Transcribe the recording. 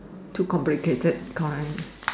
too complicated correct